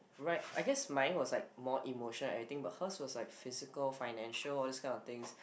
right I guess mine was like more emotion and anything but her's was like physical financial all these kind of things